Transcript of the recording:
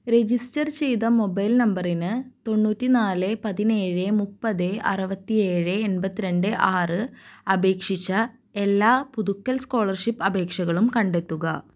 register ചെയ്ത mobile നമ്പറിന് തൊണ്ണൂറ്റിനാല് പതിനേഴ് മുപ്പത് അറുപത്തി ഏഴ് എൻപത്തി രണ്ട് ആറ് അപേക്ഷിച്ച എല്ലാ പുതുക്കൽ സ്കോളർഷിപ്പ് അപേക്ഷകളും കണ്ടെത്തുക